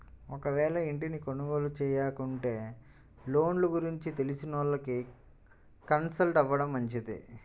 ఒకవేళ ఇంటిని కొనుగోలు చేయాలనుకుంటే లోన్ల గురించి తెలిసినోళ్ళని కన్సల్ట్ కావడం మంచిది